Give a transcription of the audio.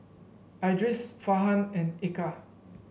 Idris Farhan and Eka